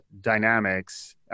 dynamics